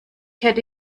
hätte